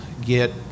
get